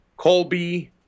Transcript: Colby